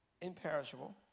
imperishable